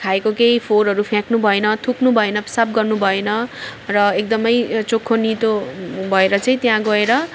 खाएको केही फोहोरहरू फ्याँक्नु भएन थुक्नु भएन पिसाब गर्नु भएन र एकदम यो चोखो नितो भएर चाहिँ त्यहाँ गएर